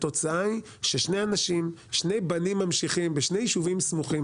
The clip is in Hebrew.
שני בנים ממשיכים בשני יישובים סמוכים,